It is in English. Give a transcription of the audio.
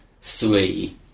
three